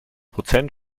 prozent